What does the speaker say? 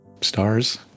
stars